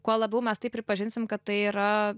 kuo labiau mes tai pripažinsim kad tai yra